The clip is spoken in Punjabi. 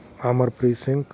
ਅਮਰਪ੍ਰੀਤ ਸਿੰਘ